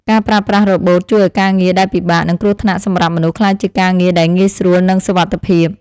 ការប្រើប្រាស់រ៉ូបូតជួយឱ្យការងារដែលពិបាក និងគ្រោះថ្នាក់សម្រាប់មនុស្សក្លាយជាការងារដែលងាយស្រួលនិងសុវត្ថិភាព។